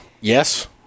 yes